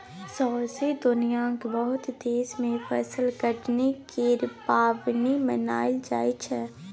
सौसें दुनियाँक बहुत देश मे फसल कटनी केर पाबनि मनाएल जाइ छै